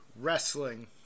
Wrestling